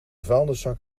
vuilniszak